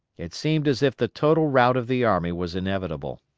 it seemed as if the total rout of the army was inevitable.